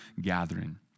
gathering